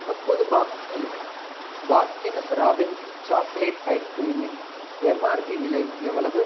முப்பது பாக்ஸ்கள் Baskin Robbins chocolate ஐஸ்கிரீமின் எம்ஆர்பி விலை எவ்வளவு